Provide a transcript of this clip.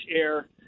air